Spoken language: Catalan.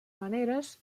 maneres